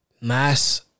mass